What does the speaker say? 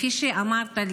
כפי שאמרת,